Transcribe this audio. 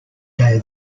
day